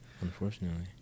unfortunately